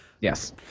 Yes